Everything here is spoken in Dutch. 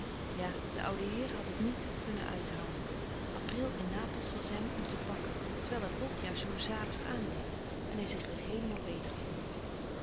ja de oude heer had het niet kunnen uithouden april in napels was hem om te bakken terwijl het lot juist zoo zalig aandeed en hij zich weêr heelemaal beter voelde